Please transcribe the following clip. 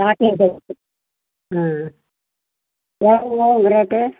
chocolate எவ்வளோ rate